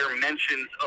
mentions